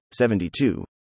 72